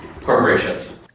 corporations